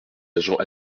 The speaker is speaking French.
agents